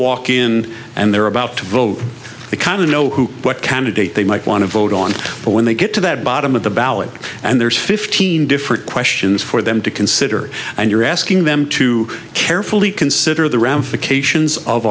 walk in and they're about to vote they kind of know who what candidate they might want to vote on but when they get to that bottom of the ballot and there's fifteen different questions for them to consider and you're asking them to carefully consider the ramifications of